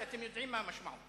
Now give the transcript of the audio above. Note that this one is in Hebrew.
כי אתם יודעים מה המשמעות.